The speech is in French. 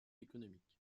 économique